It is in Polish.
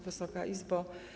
Wysoka Izbo!